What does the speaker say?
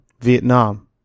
Vietnam